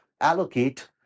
allocate